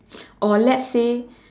or let's say